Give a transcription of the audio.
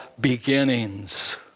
beginnings